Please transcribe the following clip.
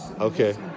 Okay